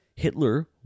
Hitler